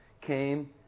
came